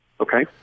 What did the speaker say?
Okay